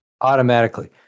Automatically